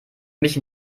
mich